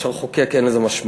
אפשר לחוקק, אין לזה משמעות.